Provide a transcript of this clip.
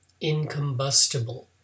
incombustible